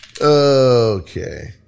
Okay